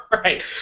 right